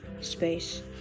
space